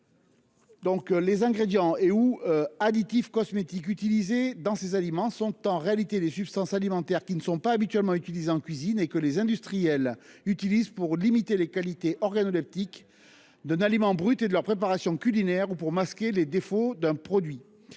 Les ingrédients et additifs cosmétiques utilisés dans ces aliments sont en réalité des substances alimentaires non habituellement utilisées en cuisine, que les industriels utilisent pour limiter les qualités organoleptiques d'un aliment brut et de leurs préparations culinaires, ou pour masquer les défauts d'un produit.